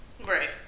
right